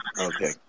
Okay